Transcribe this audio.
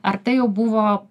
ar tai jau buvo